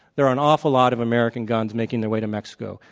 there are an awful lot of american guns making their way to mexico.